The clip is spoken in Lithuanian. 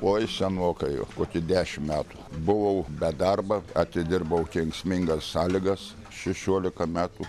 oi senokai jau kokį dešim metų buvau be darba atidirbau kenksmingas sąlygas šešiolika metų